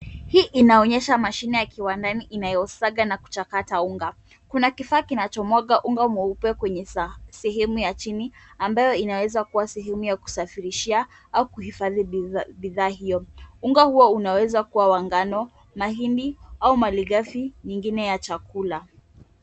Hii inaonyesha mashina ya kiwandani inayosaga na kuchakata unga. Kuna kifaa kinachomwaga unga mwuepe kwenye sehemu ya chini ambayo inaweza kuwa sehemu ya kusafirishia au kuhifadhi bidhaa hiyo. Unga huo unaweza kuwa wa ngano, mahindi au maligafi ingine ya chakula.